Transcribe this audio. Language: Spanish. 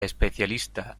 especialista